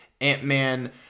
Ant-Man